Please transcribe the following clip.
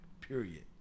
period